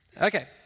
Okay